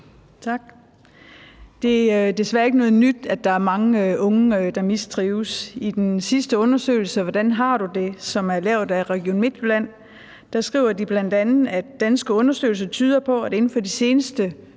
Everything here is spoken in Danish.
Det er desværre ikke noget nyt, at der er mange unge, der mistrives. I den sidste undersøgelse »Hvordan har du det?«, som er lavet af Region Midtjylland, skriver de bl.a., at danske undersøgelser tyder på, at inden for de seneste